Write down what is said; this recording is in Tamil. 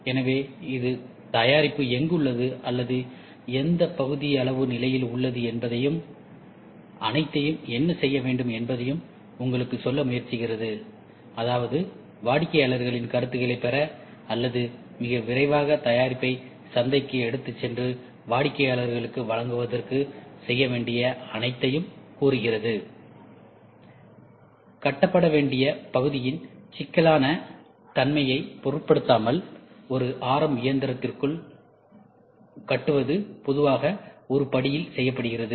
எனவே இது தயாரிப்பு எங்குள்ளது அல்லது எந்த பகுதியளவு நிலையில் உள்ளது என்பதையும் அனைத்தையும் என்ன செய்ய வேண்டும் என்பதையும் உங்களுக்குச் சொல்ல முயற்சிக்கிறது அதாவது வாடிக்கையாளர்களின் கருத்துகளைப் பெற அல்லது மிக விரைவாக தயாரிப்பை சந்தைக்கு எடுத்துச் சென்று வாடிக்கையாளர்களுக்கு வழங்குவதற்கு செய்ய வேண்டிய அனைத்தையும் கூறுகிறது கட்டப்பட வேண்டிய பகுதியின் சிக்கலான தன்மையைப் பொருட்படுத்தாமல் ஒரு ஆர்எம் இயந்திரத்திற்குள் கட்டுவது பொதுவாக ஒரே படியில் செய்யப்படுகிறது